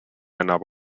annab